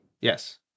Yes